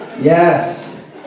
Yes